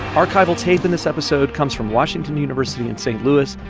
archival tape in this episode comes from washington university in st. louis,